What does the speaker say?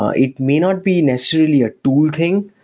ah it may not be necessarily a tool thing.